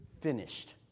finished